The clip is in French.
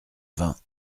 vingt